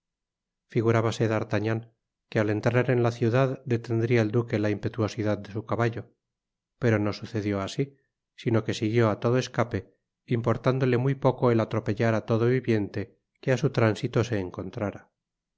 figurábase d'artagnan que al entrar en la ciudad detendria el duque la impetuosidad de su caballo pero no sucedió asi sino que siguió á todo escape importándole muy poco el atrepellará todo viviente que á su tránsito se encontráis